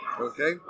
Okay